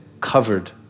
covered